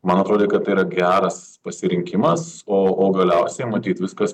man atrodė kad tai yra geras pasirinkimas o o galiausiai matyt viskas